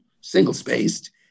single-spaced